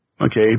Okay